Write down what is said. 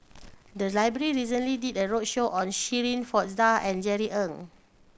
the library recently did a roadshow on Shirin Fozdar and Jerry Ng